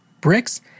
bricks